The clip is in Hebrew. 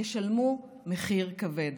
ישלמו מחיר כבד.